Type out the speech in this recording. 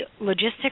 logistics